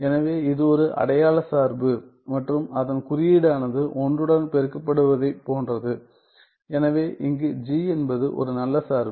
எனவே இது ஒரு அடையாள சார்பு மற்றும் அதன் குறியீடானது ஒன்றுடன் பெருக்கப்படுவதைப் போன்றது எனவே இங்கு என்பது ஒரு நல்ல சார்பு